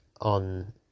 on